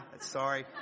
Sorry